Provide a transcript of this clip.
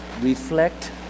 reflect